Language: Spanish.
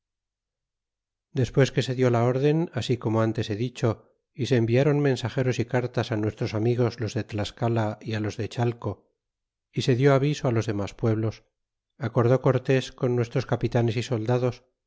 despues que se di la orden así como ntes he dicho y se environ mensageros y cartas nuestros amigos los de tlascala y los de chateo y se di aviso los denlas pueblos acordó cortés con nuestros capitanes y soldados